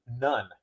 none